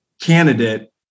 candidate